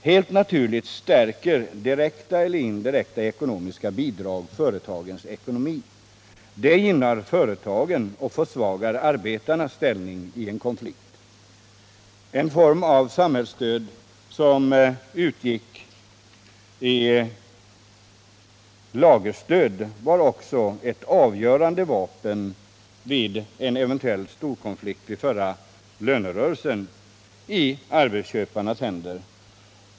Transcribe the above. Helt naturligt stärker direkta ekonomiska bidrag företagens ekonomi. Bidragen gynnar företagen och försvagar arbetarnas ställning i en konflikt. Det samhällsstöd som utgick i form av lagerstöd hade också varit ett avgörande vapen i arbetsköparnas händer vid en eventuell arbetskonflikt i förra lönerörelsen.